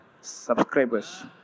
subscribers